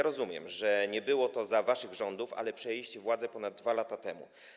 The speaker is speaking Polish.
Rozumiem, że nie było to za waszych rządów, ale przejęliście władzę ponad 2 lata temu.